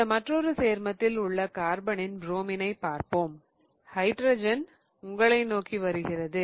இந்த மற்றொரு சேர்மத்தில் உள்ள கார்பனின் புரோமினைப் பார்ப்போம் ஹைட்ரஜன் உங்களை நோக்கி வருகிறது